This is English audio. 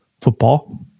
football